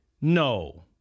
No